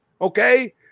okay